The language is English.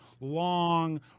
long